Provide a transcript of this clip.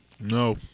No